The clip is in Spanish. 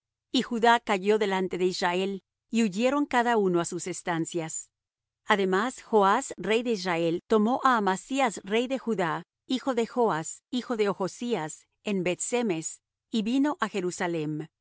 y judá cayó delante de israel y huyeron cada uno á sus estancias además joas rey de israel tomó á amasías rey de judá hijo de joas hijo de ochzías en beth-semes y vino á jerusalem